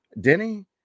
Denny